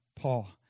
Paul